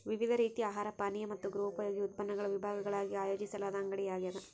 ವಿವಿಧ ರೀತಿಯ ಆಹಾರ ಪಾನೀಯ ಮತ್ತು ಗೃಹೋಪಯೋಗಿ ಉತ್ಪನ್ನಗಳ ವಿಭಾಗಗಳಾಗಿ ಆಯೋಜಿಸಲಾದ ಅಂಗಡಿಯಾಗ್ಯದ